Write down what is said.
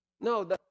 No